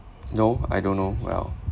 no I don't know well